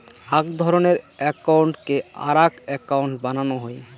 আক ধরণের একউন্টকে আরাক একউন্ট বানানো হই